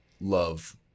love